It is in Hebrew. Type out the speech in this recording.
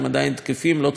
לא צריך אפילו מכרז.